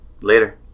Later